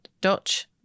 Dutch